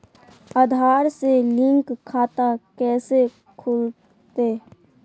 आधार से लिंक खाता कैसे खुलते?